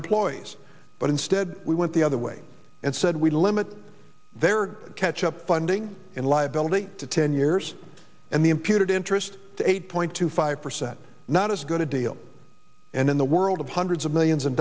employees but instead we went the other way and said we limit their catch up funding in liability to ten years and the imputed interest to eight point two five percent not as good a deal and in the world of hundreds of millions of